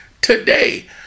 today